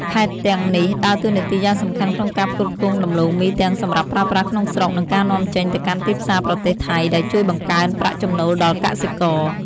ខេត្តទាំងនេះដើរតួនាទីយ៉ាងសំខាន់ក្នុងការផ្គត់ផ្គង់ដំឡូងមីទាំងសម្រាប់ប្រើប្រាស់ក្នុងស្រុក និងការនាំចេញទៅកាន់ទីផ្សារប្រទេសថៃ ដែលជួយបង្កើនប្រាក់ចំណូលដល់កសិករ។